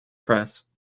press